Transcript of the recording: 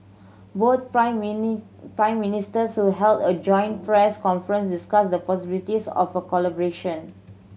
both prime mini Prime Ministers who held a joint press conference discussed the possibilities of a collaboration